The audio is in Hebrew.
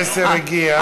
המסר הגיע.